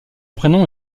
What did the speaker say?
prénom